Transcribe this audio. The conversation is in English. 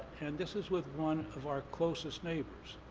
and this is with one of our closest neighbors.